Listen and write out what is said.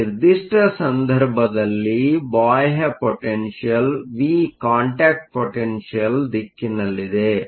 ಈ ನಿರ್ದಿಷ್ಟ ಸಂದರ್ಭದಲ್ಲಿ ಬಾಹ್ಯ ಪೊಟೆನ್ಷಿಯಲ್ ವಿV ಕಾಂಟ್ಯಾಕ್ಟ್ ಪೊಟೆನ್ಷಿಯಲ್Contact potential ದಿಕ್ಕಿನಲ್ಲಿದೆ